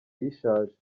ishaje